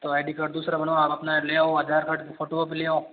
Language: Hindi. तो आई डी कार्ड दूसरा बनवाओ आप अपना ले आओ आधार कार्ड फोटोकॉपी ले आओ